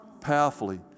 powerfully